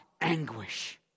anguish